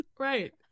right